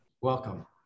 Welcome